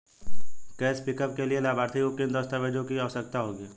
Cash pickup के लिए लाभार्थी को किन दस्तावेजों की आवश्यकता होगी?